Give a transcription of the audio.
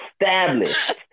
established